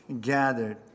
gathered